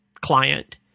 client